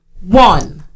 one